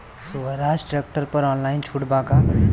सोहराज tractor पर online छूट बा का?